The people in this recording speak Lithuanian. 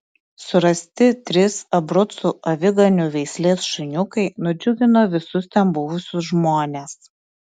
surasti trys abrucų aviganių veislės šuniukai nudžiugino visus ten buvusius žmones